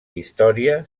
història